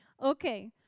Okay